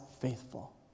faithful